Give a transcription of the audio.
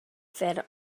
fed